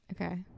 okay